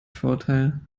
vorurteil